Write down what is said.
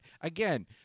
Again